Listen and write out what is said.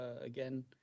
again